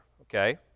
Okay